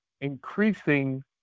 increasing